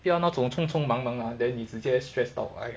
不要那种匆匆忙忙 then 你直接 stressed out